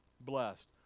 blessed